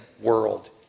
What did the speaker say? world